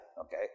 okay